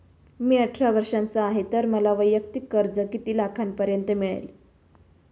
मी अठरा वर्षांचा आहे तर मला वैयक्तिक कर्ज किती लाखांपर्यंत मिळेल?